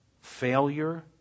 failure